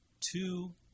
two